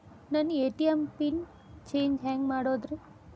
ನನ್ನ ATM pin change ಹೆಂಗ್ ಮಾಡೋದ್ರಿ?